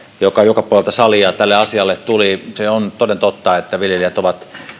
jota joka puolelta salia tälle asialle tuli se on toden totta että viljelijät ovat